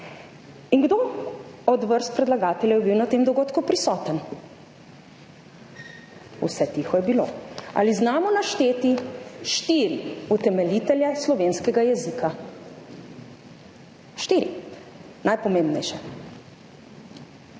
In kdo iz vrst predlagateljev je bil na tem dogodku prisoten? Vse tiho je bilo. Ali znamo našteti štiri utemeljitelje slovenskega jezika, štiri najpomembnejše?